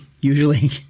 usually